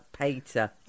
Peter